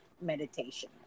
meditation